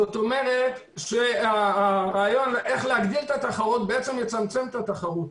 זאת אומרת שהרעיון איך להגדיל את התחרות בעצם יצמצם את התחרות.